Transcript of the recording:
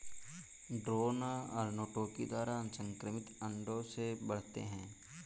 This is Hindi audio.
ड्रोन अर्नोटोकी द्वारा असंक्रमित अंडों से बढ़ते हैं